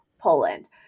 Poland